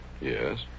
Yes